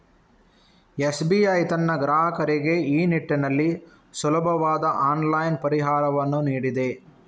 SBI ತನ್ನ ಗ್ರಾಹಕರಿಗೆ ಈ ನಿಟ್ಟಿನಲ್ಲಿ ಸುಲಭವಾದ ಆನ್ಲೈನ್ ಪರಿಹಾರವನ್ನು ನೀಡಿದೆ